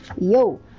yo